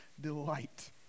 delight